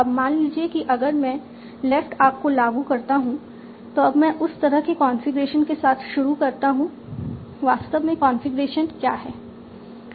अब मान लीजिए कि अगर मैं लेफ्ट आर्क को लागू करता हूं तो अब मैं उस तरह के कॉन्फ़िगरेशन के साथ शुरू करता हूं वास्तव में कॉन्फ़िगरेशन क्या है